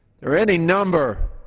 there are any number